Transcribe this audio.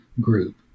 group